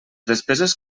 despeses